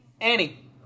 annie